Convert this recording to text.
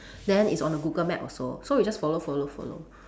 then it's on the Google map also so we just follow follow follow